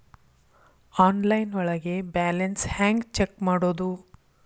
Online ಒಳಗೆ balance ಹ್ಯಾಂಗ check ಮಾಡೋದು?